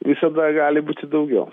visada gali būti daugiau